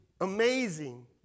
amazing